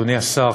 אדוני השר,